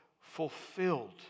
fulfilled